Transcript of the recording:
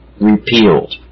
repealed